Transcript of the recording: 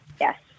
Yes